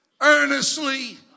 earnestly